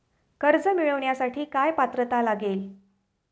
कर्ज मिळवण्यासाठी काय पात्रता लागेल?